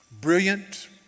Brilliant